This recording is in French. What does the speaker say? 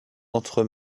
entre